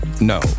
no